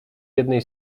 jednej